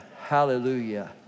hallelujah